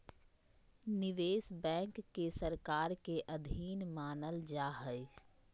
निवेश बैंक के सरकार के अधीन मानल जा हइ